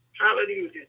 Hallelujah